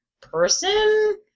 person